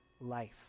life